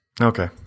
okay